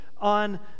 on